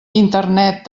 internet